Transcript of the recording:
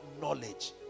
knowledge